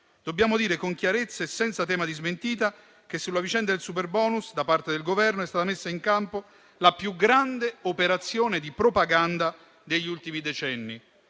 Dobbiamo dire, con chiarezza e senza tema di smentita, che sulla vicenda del superbonus da parte del Governo è stata messa in campo la più grande operazione di propaganda degli ultimi decenni;